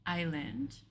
island